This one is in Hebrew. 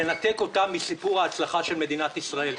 לנתק אותם מסיפור ההצלחה של מדינת ישראל.